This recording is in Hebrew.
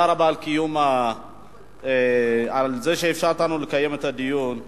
תודה רבה על זה שאפשרת לנו לקיים את הדיון.